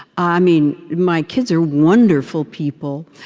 i mean, my kids are wonderful people,